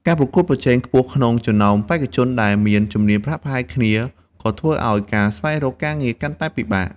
ការប្រកួតប្រជែងខ្ពស់ក្នុងចំណោមបេក្ខជនដែលមានជំនាញប្រហាក់ប្រហែលគ្នា ក៏ធ្វើឲ្យការស្វែងរកការងារកាន់តែពិបាក។